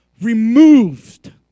removed